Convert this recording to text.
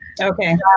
Okay